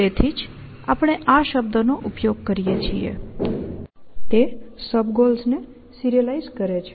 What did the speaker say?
તેથી જ આપણે આ શબ્દનો ઉપયોગ કરીએ છીએ તે સબ ગોલ્સને સિરીઅલાઈઝ કરે છે